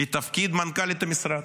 לתפקיד מנכ"לית המשרד.